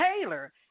Taylor